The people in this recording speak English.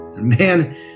Man